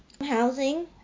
Housing